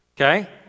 okay